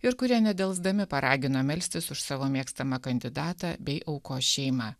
ir kurie nedelsdami paragino melstis už savo mėgstamą kandidatą bei aukos šeima